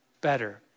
better